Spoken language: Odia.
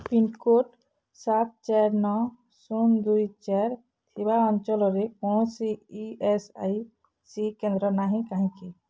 ପିନ୍କୋଡ଼୍ ସାତ ଚାରି ନଅ ଶୂନ ଦୁଇ ଚାରି ଥିବା ଅଞ୍ଚଳରେ କୌଣସି ଇ ଏସ୍ ଆଇ ସି କେନ୍ଦ୍ର ନାହିଁ କାହିଁକି